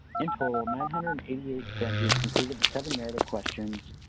in total, nine hundred and eighty eight grantees completed the seven narrative questions